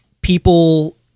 people